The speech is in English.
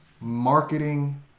marketing